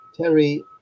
Terry